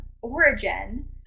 origin